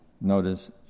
Notice